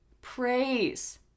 Praise